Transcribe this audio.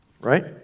Right